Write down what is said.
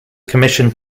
commissioned